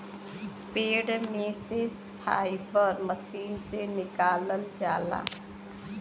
पेड़ में से फाइबर मशीन से निकालल जाला